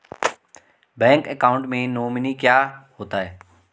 Bank account में nominee क्या होता है?